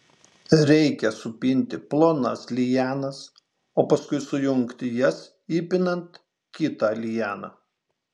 reikia supinti plonas lianas o paskui sujungti jas įpinant kitą lianą